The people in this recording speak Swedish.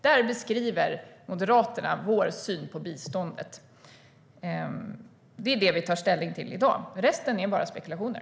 Där beskriver vi moderater vår syn på biståndet. Det är det vi tar ställning till i dag. Resten är bara spekulationer.